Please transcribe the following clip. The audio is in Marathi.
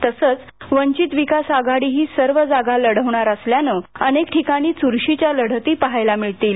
तसंच वंचित विकास आघाडीही सर्व जागा लढवणार असल्यानं अनेक ठिकाणी चुरशीच्या लढती पहायला मिळतील